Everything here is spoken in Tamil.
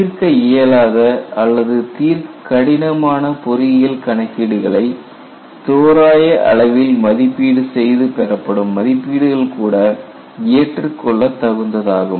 தீர்க்க இயலாத அல்லது தீர்க்க கடினமான பொறியியல் கணக்கீடுகளை தோராய அளவில் மதிப்பீடு செய்து பெறப்படும் மதிப்பீடுகள் கூட ஏற்றுக்கொள்ள தகுந்ததாகும்